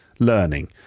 Learning